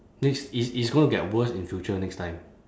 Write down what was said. this is is going to get worse in future next time